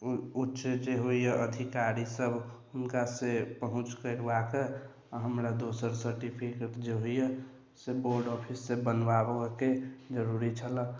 उच्च जे होइया अधिकारी सब हुनका से पहुँच करबा कऽ हमरा दोसर सर्टिफिकेट जे होइया से बोर्ड ऑफिस से बनबाबऽ के जरुरी छलए